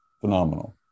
Phenomenal